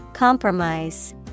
Compromise